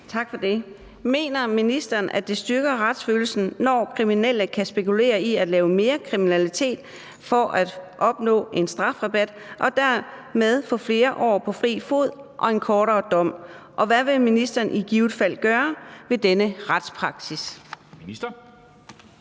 (DF)): Mener ministeren, at det styrker retsfølelsen, når kriminelle kan spekulere i at lave mere kriminalitet for at opnå en strafrabat og dermed få flere år på fri fod og en kortere dom, og hvad vil ministeren i givet fald gøre ved denne retspraksis?